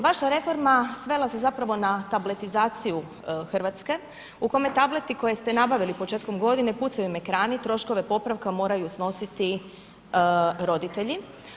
Vaša reforma svela se zapravo na tabletizaciju Hrvatske, u kome tableti koje ste nabavili početkom godine, pucaju im ekrani, troškove popravka moraju snositi roditelji.